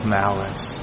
malice